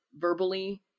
verbally